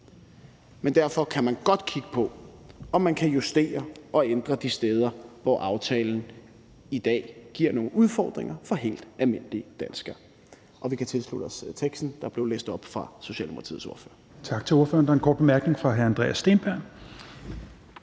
men derfor kan man godt kigge på, om man kan justere og ændre de steder, hvor aftalen i dag giver nogle udfordringer for helt almindelige danskere.